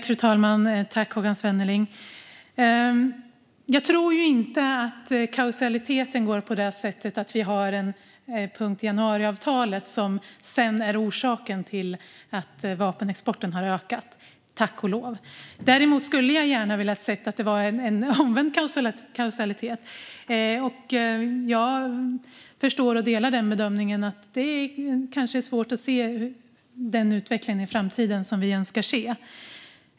Fru talman! Jag tror inte att kausaliteten är på det sättet att vi har en punkt i januariavtalet som är orsak till att vapenexporten har ökat - tack och lov. Däremot skulle jag gärna ha velat se att det var en omvänd kausalitet. Jag förstår och delar bedömningen att det kanske är svårt att se den utveckling i framtiden som vi önskar se.